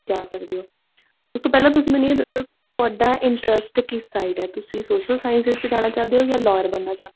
ਜਾ ਸਕਦੇ ਹੋ ਉਸ ਤੋਂ ਪਹਿਲਾਂ ਤੁਸੀਂ ਮੈਨੂੰ ਇਹ ਦੱਸੋ ਤੁਹਾਡਾ ਇੰਟਰਸਟ ਕਿਸ ਸਾਈਡ ਹੈ ਤੁਸੀਂ ਸੋਸ਼ਲ ਸਾਇੰਸ ਦੇ ਵਿੱਚ ਜਾਣਾ ਚਾਹੁੰਦੇ ਹੋ ਜਾਂ ਲੋਇਅਰ ਬਣਨਾ ਚਾਹੁੰਦੇ ਹੋ